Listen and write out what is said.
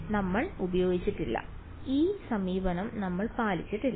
ഇല്ല നമ്മൾ ഉപയോഗിച്ചിട്ടില്ല ഈ സമീപനം നമ്മൾ പാലിച്ചിട്ടില്ല